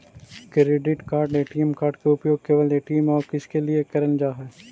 Credit card ATM card के उपयोग केवल ए.टी.एम और किसके के लिए करल जा है?